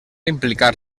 implicar